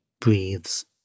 breathes